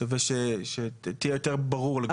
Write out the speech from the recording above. שווה שתהיה יותר ברור לגבי זה.